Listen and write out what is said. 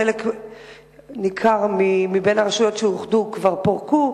חלק ניכר מבין הרשויות שאוחדו כבר פורקו,